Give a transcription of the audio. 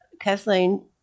Kathleen